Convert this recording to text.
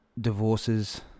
divorces